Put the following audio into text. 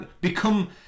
become